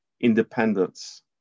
independence